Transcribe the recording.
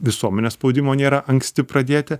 visuomenės spaudimo nėra anksti pradėti